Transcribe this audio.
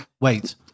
Wait